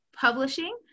Publishing